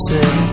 Say